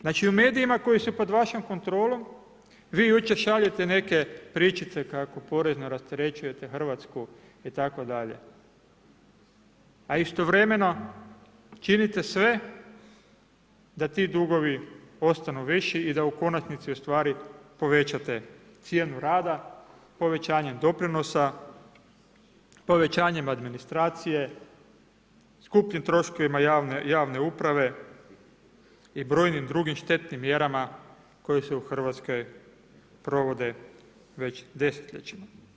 Znači u medijima koji su pod vašom kontrolom, vi jučer šaljete neke pričice kako porezno rasterećujete Hrvatsku itd. a istovremeno činite sve da ti dugovi ostanu viši i da u konačnici ustvari povećate cijenu rada povećanje, doprinosa, povećanjem administracije, skupljim troškovima javne uprave i brojnim drugim štetnim mjerama koje se u Hrvatskoj provode već desetljećima.